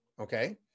okay